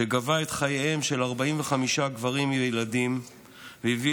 שגבה את חייהם של 45 גברים וילדים והביא